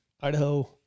Idaho